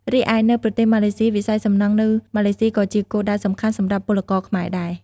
រីឯនៅប្រទេសម៉ាឡេស៊ី វិស័យសំណង់នៅម៉ាឡេស៊ីក៏ជាគោលដៅសំខាន់សម្រាប់ពលករខ្មែរដែរ ។